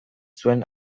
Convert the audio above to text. zuen